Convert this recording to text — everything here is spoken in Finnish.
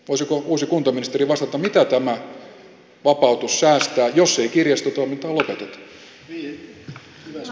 voisiko uusi kuntaministeri vastata mitä tämä vapautus säästää jos ei kirjastotoimintaa lopeteta